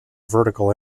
vertical